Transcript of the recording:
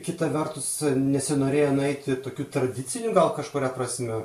kita vertus nesinorėjo nueiti tokiu tradiciniu gal kažkuria prasme